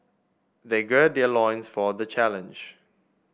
they gird their loins for the challenge